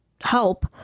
help